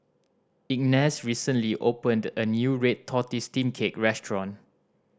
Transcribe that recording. Ignatz recently opened a new red tortoise steamed cake restaurant